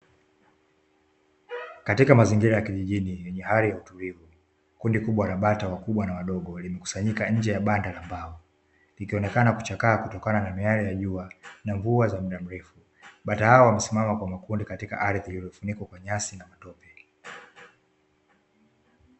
Katika mazingira ya kijijini yenye hali ya utulivu, kundi kubwa la bata wakubwa na wadogo waliokusanyika nje ya banda la mbao likionekana kuchakaa kutokana na miale ya jua na mvua za muda mrefu. Bata hao wamesimama kwa makundi katika ardhi iliyofunikwa kwa nyasi na matope.